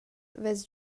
vess